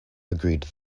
agreed